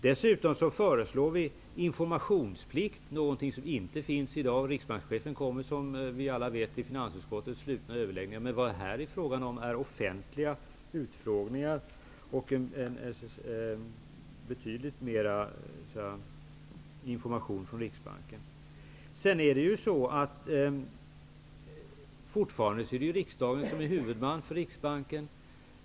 Dessutom föreslår vi informationsplikt, vilket är någonting som inte finns i dag. Riksbankschefen kommer som vi alla vet till finansutskottets slutna överläggningar. Men det är här fråga om offentliga utfrågningar och betydligt mer information från Riksbanken. Det är fortfarande riksdagen som är huvudman för Riksbanken.